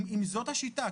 אם זאת השיטה,